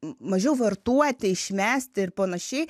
mažiau vartoti išmesti ir panašiai